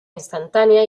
instantánea